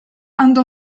andò